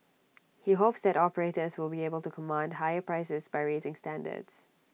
he hopes that operators will be able to command higher prices by raising standards